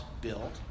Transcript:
built